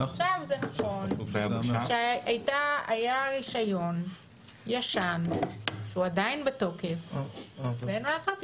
זה נכון שהיה רישיון ישן שהוא עדיין בתוקף ואין מה לעשות,